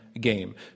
game